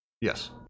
Yes